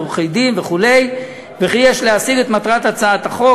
עורכי-דין וכו' וכי יש להשיג את מטרת הצעת החוק,